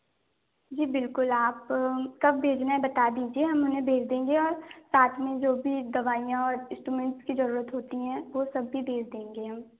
जी बिल्कुल आप कब भेजना है आप बता दीजिए हम उन्हें भेज देंगे और साथ में जो भी दवाईयाँ और इस्टूमेंटस की ज़रूरत होती है वो सब भी भेज देंगे हम